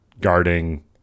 guarding